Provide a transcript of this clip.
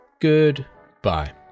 goodbye